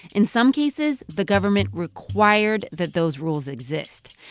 in some cases, the government required that those rules exist.